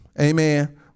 Amen